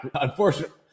unfortunately